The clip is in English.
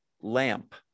lamp